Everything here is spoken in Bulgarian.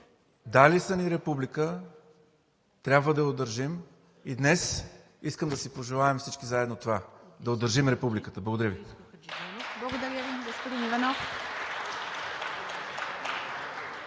Дали са ни Република – трябва да я удържим. И днес искам да си пожелаем всички заедно това – да удържим Републиката. Благодаря Ви.